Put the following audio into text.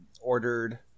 ordered